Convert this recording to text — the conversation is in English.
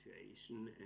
situation